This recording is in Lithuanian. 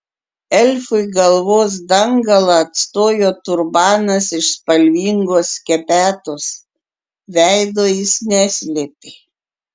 elfui galvos dangalą atstojo turbanas iš spalvingos skepetos veido jis neslėpė